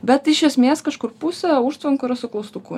bet iš esmės kažkur pusė užtvankų yra su klaustuku